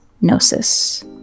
Gnosis